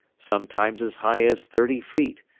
sometimes as high as thirty feet,